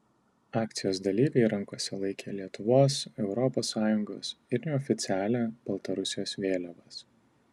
akcijos dalyviai rankose laikė lietuvos europos sąjungos ir neoficialią baltarusijos vėliavas